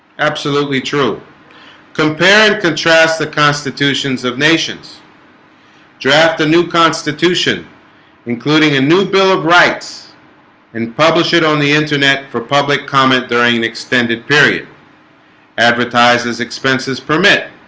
absolutely true compare and contrast the constitution's of nations draft a new constitution including a new bill of rights and publish it on the internet for public comment during an extended period advertises expenses permit